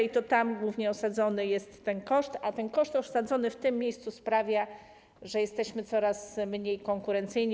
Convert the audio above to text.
I to tam głównie osadzony jest ten koszt, a koszt osadzony w tym miejscu sprawia, że jesteśmy coraz mniej konkurencyjni.